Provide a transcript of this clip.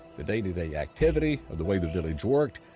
the day-to-day activity, the way the village worked,